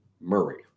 Murray